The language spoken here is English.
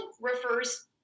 refers